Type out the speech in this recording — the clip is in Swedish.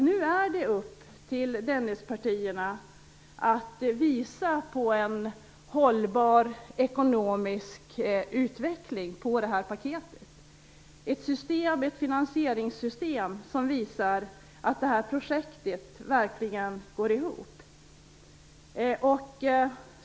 Nu är det upp till Dennispartierna att visa upp en hållbar ekonomisk utveckling för det här paketet. Det måste vara ett finansieringssystem som visar att det här projektet verkligen går ihop.